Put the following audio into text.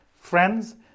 Friends